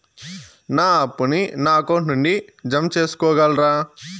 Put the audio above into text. నా అప్పును నా అకౌంట్ నుండి జామ సేసుకోగలరా?